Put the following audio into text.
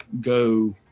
go